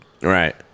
Right